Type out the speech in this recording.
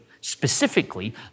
specifically